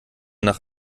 nach